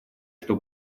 что